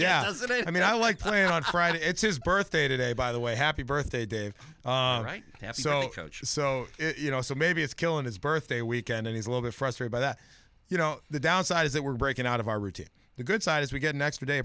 yesterday i mean i like playing on friday it's his birthday today by the way happy birthday dave right now so so you know so maybe it's killing his birthday weekend and he's a little bit frustrated that you know the downside is that we're breaking out of our routine the good side is we get an extra day